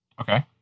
Okay